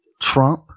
Trump